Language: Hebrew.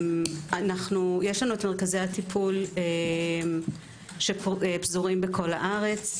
יש לנו מרכזי הטיפול שפזורים בכל הארץ.